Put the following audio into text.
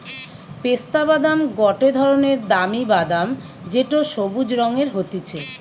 পেস্তা বাদাম গটে ধরণের দামি বাদাম যেটো সবুজ রঙের হতিছে